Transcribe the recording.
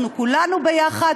אנחנו כולנו יחד,